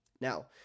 Now